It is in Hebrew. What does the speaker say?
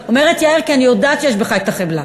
אני אומרת יאיר כי אני יודעת שיש בך החמלה,